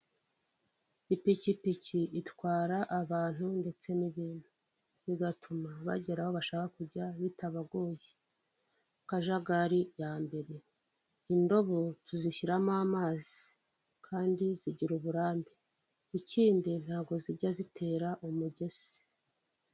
Ipikipiki itwara abantu ndetse n'ibintu, bigatuma bagera aho bashaka kujya bitabagoye. Kajagari ya mbere. Indobo tuzishyiramo amazi, kandi zigira uburambe. Ikindi ntago zijya zitera umugese.